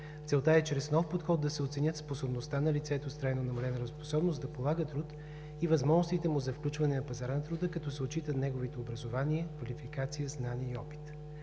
Целта е чрез нов подход да се оценят способността на лицето с трайно намалена работоспособност да полага труд и възможностите му за включване на пазара на труда, като се отчитат неговите образование, квалификация, знания и опит.